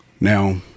Now